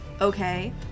Okay